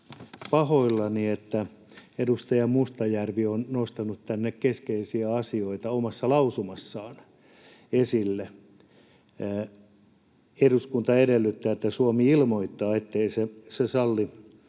pahoillani, että edustaja Mustajärvi on nostanut esille keskeisiä asioita omassa lausumassaan: ”Eduskunta edellyttää, että Suomi ilmoittaa, ettei se salli